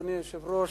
אדוני היושב-ראש,